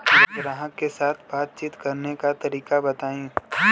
ग्राहक के साथ बातचीत करने का तरीका बताई?